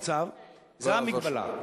אין מה לעשות.